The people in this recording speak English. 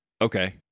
Okay